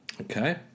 Okay